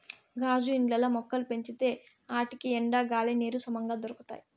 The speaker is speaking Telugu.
గాజు ఇండ్లల్ల మొక్కలు పెంచితే ఆటికి ఎండ, గాలి, నీరు సమంగా దొరకతాయి